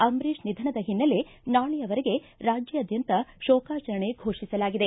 ಅಂಬರೀಷ ನಿಧನದ ಹಿನ್ನೆಲೆ ನಾಳೆಯವರೆಗೆ ರಾಜ್ಯಾದ್ದಂತ ಶೋಕಾಚರಣೆ ಘೋಷಿಸಲಾಗಿದೆ